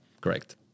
Correct